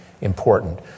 important